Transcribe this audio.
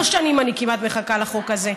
כמעט שלוש שנים אני מחכה לחוק הזה.